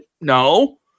no